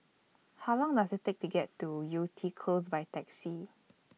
How Long Does IT Take to get to Yew Tee Close By Taxi